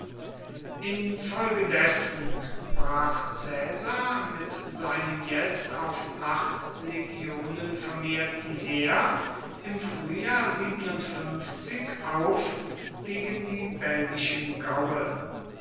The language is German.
infolgedessen brach caesar mit seinem jetzt auf acht legionen vermehrten heer im frühjahr auf gegen die belgischen gaue